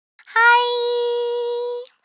Hi